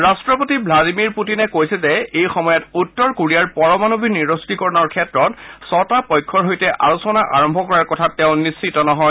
ৰট্টপতি চ্লাডিমিৰ পুটিনে কৈছে যে এই সময়ত উত্তৰ কোৰিয়াৰ পৰমাণু নিষ্ক্ৰিকৰণৰ ক্ষেত্ৰত ছটা পক্ষৰ সৈতে আলোচনা আৰম্ভ কৰাৰ কথাত তেওঁ নিশ্চিত নহয়